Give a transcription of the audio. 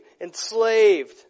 enslaved